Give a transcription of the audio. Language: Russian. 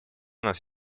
нас